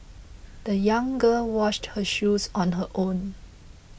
the young girl washed her shoes on her own